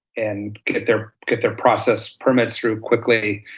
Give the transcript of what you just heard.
and get their get their process permits through quickly.